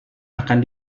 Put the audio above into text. akan